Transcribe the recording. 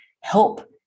help